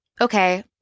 okay